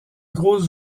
gros